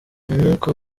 umwuka